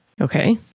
Okay